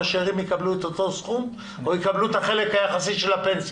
השאירים יקבלו את אותו סכום או יקבלו את החלק היחסי של הפנסיה?